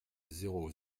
zéro